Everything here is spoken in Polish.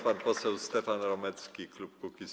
Pan poseł Stefan Romecki, klub Kukiz’15.